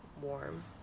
warm